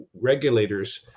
regulators